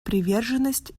приверженность